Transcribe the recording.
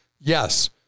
yes